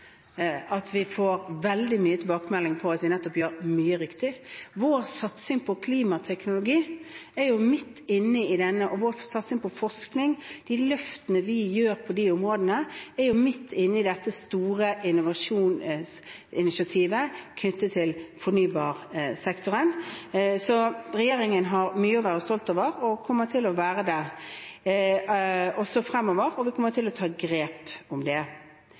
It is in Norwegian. at vi får veldig mange tilbakemeldinger på at vi nettopp gjør mye riktig. Vår satsing på klimateknologi og vår satsing på forskning, de løftene vi gjør på de områdene, er jo midt inne i dette store innovasjonsinitiativet knyttet til fornybarsektoren. Så regjeringen har mye å være stolt over og kommer til å være det også fremover – og vi kommer til å ta grep om det. Så er det slik at det kommer til å være vanskelig å nå 2050-målene, det